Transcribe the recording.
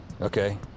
Okay